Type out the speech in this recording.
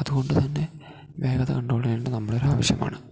അതുകൊണ്ട് തന്നെ വേഗത കണ്ട്രോൾ ചെയ്യേണ്ടത് നമ്മുടെ ഒരു ആവശ്യമാണ്